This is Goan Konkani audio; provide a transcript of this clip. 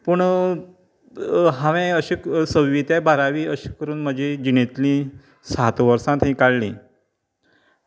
पूण हांवें अशें सव्वी ते बारावी अशें करून म्हजी जिणेंतली सात वर्सां थंय काडली